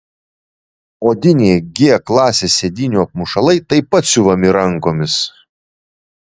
odiniai g klasės sėdynių apmušalai taip pat siuvami rankomis